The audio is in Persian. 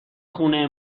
خونه